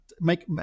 make